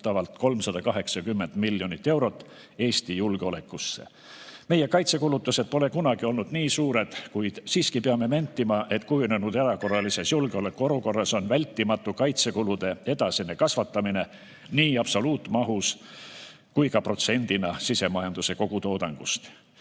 täiendavalt 380 miljonit eurot Eesti julgeolekusse. Meie kaitsekulutused pole kunagi olnud nii suured, kuid siiski peame nentima, et kujunenud erakorralises julgeolekuolukorras on vältimatu kaitsekulude edasine kasvatamine nii absoluutmahus kui ka protsendina sisemajanduse kogutoodangust.